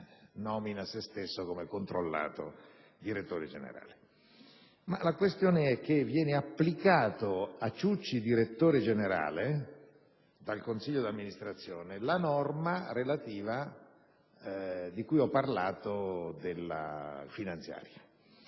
la questione è che viene applicato a Ciucci, direttore generale, dal Consiglio di amministrazione la norma della legge finanziaria,